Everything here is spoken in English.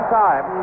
time